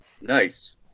Nice